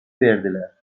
verdiler